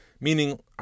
Meaning